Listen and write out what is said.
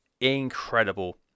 incredible